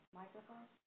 microphone